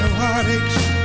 heartaches